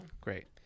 Great